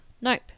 Nope